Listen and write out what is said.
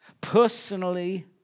Personally